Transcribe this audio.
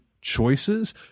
choices